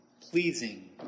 pleasing